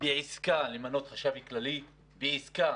בעסקה למנות חשב כללי, בעסקה